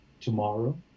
tomorrow